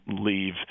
leave